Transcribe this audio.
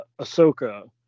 Ahsoka